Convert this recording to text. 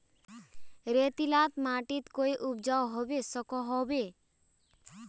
रेतीला माटित कोई उपजाऊ होबे सकोहो होबे?